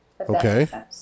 okay